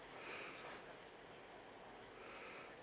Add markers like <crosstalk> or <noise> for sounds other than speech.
<breath> <breath>